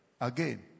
Again